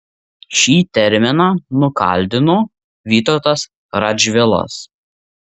šį terminą nukaldino vytautas radžvilas